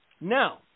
Now